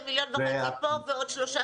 אני יודעת שזה 1,500,000 פה ועוד שלושה